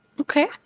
Okay